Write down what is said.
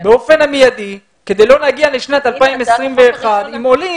באופן מיידי כדי לא להגיע לשנת 2021 עם עולים